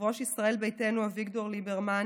יושב-ראש ישראל ביתנו אביגדור ליברמן